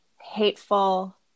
hateful